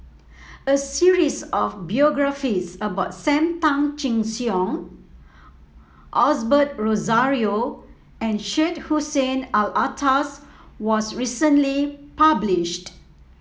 a series of biographies about Sam Tan Chin Siong Osbert Rozario and Syed Hussein Alatas was recently published